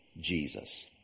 Jesus